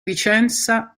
vicenza